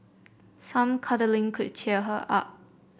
some cuddling could cheer her up